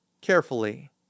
Carefully